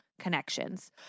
connections